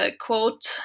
quote